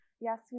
Yes